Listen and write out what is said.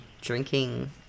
drinking